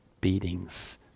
beatings